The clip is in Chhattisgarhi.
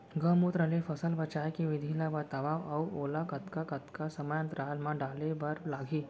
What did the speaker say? गौमूत्र ले फसल बचाए के विधि ला बतावव अऊ ओला कतका कतका समय अंतराल मा डाले बर लागही?